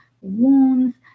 wounds